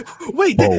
wait